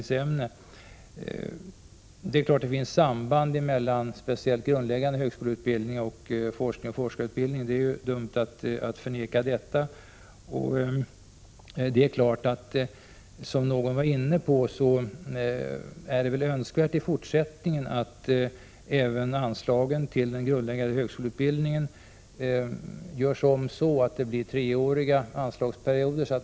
Det är självklart att det finns ett samband mellan grundläggande högskoleutbildning, forskning och forskarutbildning. Det skall inte förnekas. Det är väl i fortsättningen önskvärt, som någon talare var inne på tidigare, att även anslagen till den grundläggande högskoleutbildningen görs om så att det blir treåriga anslagsperioder.